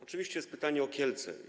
Oczywiście jest pytanie o Kielce.